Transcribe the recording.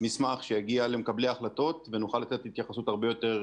מסמך שיגיע למקבלי החלטות ונוכל לתת התייחסות הרבה יותר